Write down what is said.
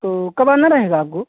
तो कब आना रहेगा आपको